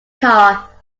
car